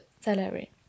salary